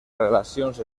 relacions